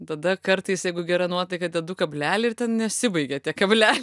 tada kartais jeigu gera nuotaika dedu kablelį ir ten nesibaigia tie kableliai